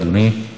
בבקשה, אדוני.